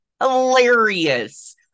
Hilarious